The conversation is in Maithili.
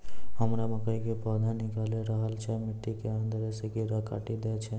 हमरा मकई के पौधा निकैल रहल छै मिट्टी के अंदरे से कीड़ा काटी दै छै?